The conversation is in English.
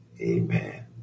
Amen